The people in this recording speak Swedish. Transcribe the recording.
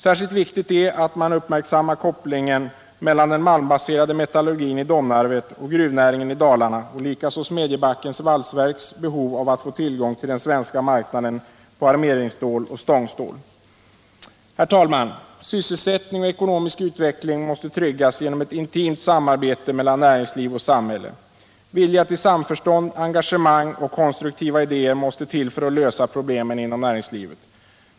Särskilt viktigt är att man uppmärksammar kopplingen mellan den malmbaserade metallurgin i Domnarvet och gruvnäringen i Dalarna och likaså Smedjebackens valsverks behov av att få tillgång till den svenska marknaden på armeringsstål och stångstål. Herr talman! Sysselsättning och ekonomisk utveckling måste tryggas genom ett intimt samarbete mellan näringsliv och samhälle. Vilja till samförstånd, engagemang och konstruktiva idéer måste till för att man skall kunna lösa problemen inom näringslivet.